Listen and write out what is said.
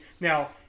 now